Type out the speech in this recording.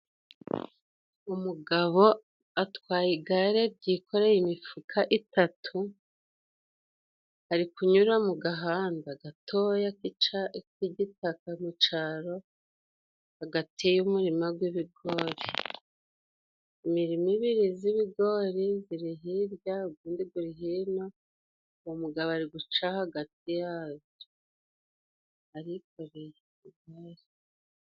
Umugabo atwaye igare ryikoreye imifuka itatu ari kunyura mu gahanda gatoya k'igitaka mu caro, hagati y'umurima gw'ibigori, imirima ibiri z'ibigori ziri hirya ugundi guri hino, uwo mugabo ari guca hagati yazo arikoreye.